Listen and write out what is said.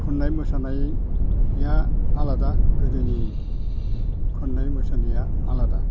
खननाय मोसानाया आलादा गोदोनि खननाय मोसानाया आलादा